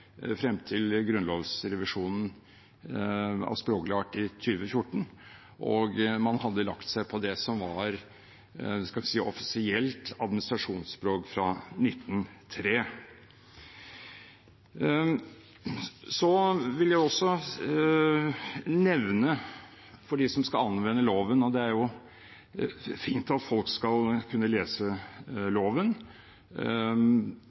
frem til grunnlovsrevisjonen av språklig art i 2014, og man hadde lagt seg på det som var, skal vi si, offisielt administrasjonsspråk fra 1903. Så vil jeg også nevne – for dem som skal anvende loven, og det er jo fint at folk skal kunne lese